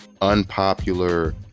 unpopular